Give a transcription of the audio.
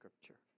scripture